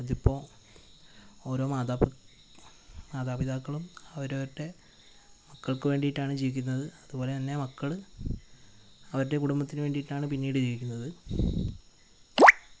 അതിപ്പോൾ ഓരോ മാതാപിതാക്കളും അവരവരുടെ മക്കൾക്ക് വേണ്ടിയിട്ടാണ് ജീവിക്കുന്നത് അതുപോലെ തന്നെ മക്കൾ അവരുടെ കുടുംബത്തിനു വേണ്ടിയിട്ടാണ് പിന്നീട് ജീവിക്കുന്നത്